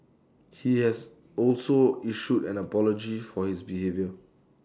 he has also issued an apology for his behaviour